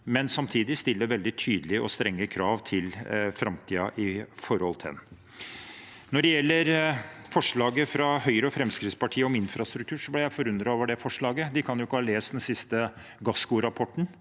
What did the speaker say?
men samtidig stille veldig tydelige og strenge krav til framtiden i den. Når det gjelder forslaget fra Høyre og Fremskrittspartiet om infrastruktur, ble jeg forundret over det forslaget. De kan jo ikke ha lest den siste Gassco-rapporten